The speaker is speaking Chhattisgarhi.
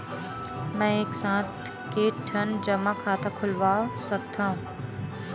मैं एक साथ के ठन जमा खाता खुलवाय सकथव?